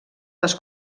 les